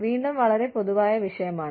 വീണ്ടും വളരെ പൊതുവായ വിഷയമാണ്